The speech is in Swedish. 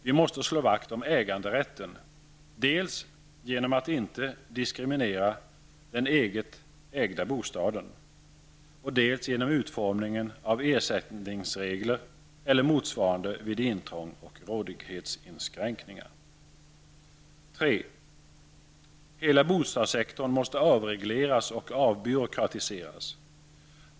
Vi måste slå vakt om äganderätten, dels genom att inte diskriminera den eget ägda bostaden, dels genom utformningen av ersättningsregler eller motsvarande vid intrång och rådighetsinskränkningar. 3. Hela bostadssektorn måste avregleras och avbyråkratiseras.